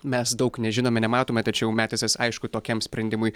mes daug nežinome nematome tačiau metisas aišku tokiam sprendimui